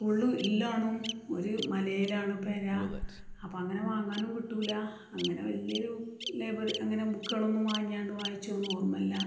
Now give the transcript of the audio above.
സ്കൂളിൽ നല്ലോണം ഒരു മലയിലാണ് പെര അപ്പം അങ്ങനെ വാങ്ങാനും കിട്ടില്ല അങ്ങനെ വലിയ ഒരു ലൈബറി അങ്ങനെ ബുക്കുകളൊന്നും വാങ്ങ്യാണ്ട് വായിച്ചതൊന്നും ഓർമ്മയില്ല